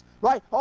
Right